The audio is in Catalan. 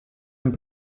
amb